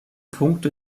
punkte